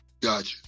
Gotcha